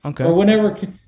Okay